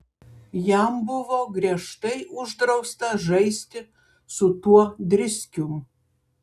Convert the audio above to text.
jam buvo griežtai uždrausta žaisti su tuo driskium